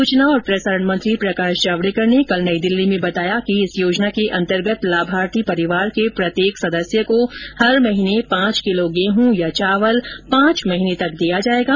सूचना और प्रसारण मंत्री प्रकाश जावड़ेकर ने कल नई दिल्ली में बताया कि इस योजना के अन्तर्गत लाभार्थी परिवार के प्रत्येक सदस्य को हर महीने पांच किलो गेहूं या चावल पांच महीने तक दिया जाएगा